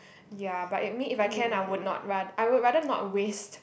ya but it mean if I can I would not run I would rather not waste